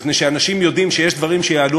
מפני שאנשים יודעים שיש דברים שיעלו